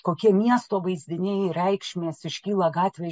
kokie miesto vaizdiniai reikšmės iškyla gatvė